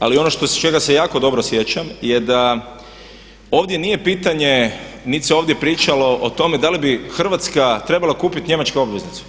Ali ono čega se jako dobro sjećam je da ovdje nije pitanje niti se ovdje pričalo o tome da li bi Hrvatska trebala kupiti njemačku obveznicu.